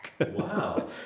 Wow